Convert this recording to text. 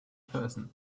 person